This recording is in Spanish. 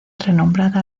renombrada